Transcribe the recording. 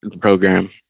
program